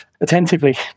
attentively